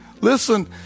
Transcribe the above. Listen